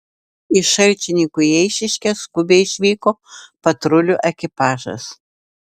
iš šalčininkų į eišiškes skubiai išvyko patrulių ekipažas